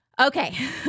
Okay